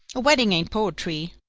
a wedding ain't poetry.